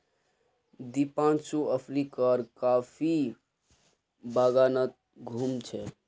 दीपांशु अफ्रीकार कॉफी बागानत घूम छ